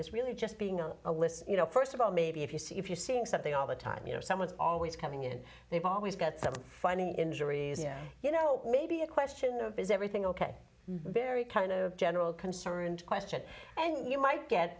is really just being on a list you know first of all maybe if you see if you're seeing something all the time you know someone's always coming in they've always got some funny injuries you know maybe a question of is everything ok very kind of general concern and question and you might get